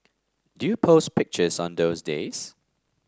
do you post pictures on those days